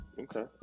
Okay